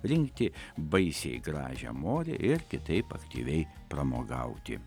rinkti baisiai gražią morę ir kitaip aktyviai pramogauti